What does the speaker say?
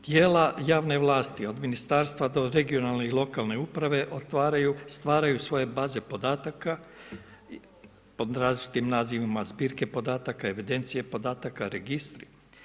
Tijela javne vlasti, od ministarstva do regionalne i lokalne uprave, stvaraju svoje baze podataka pod različitim nazivima zbirke podataka, evidencije podataka, registre.